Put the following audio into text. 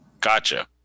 Gotcha